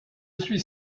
suis